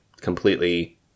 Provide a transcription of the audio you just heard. completely